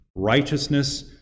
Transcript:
Righteousness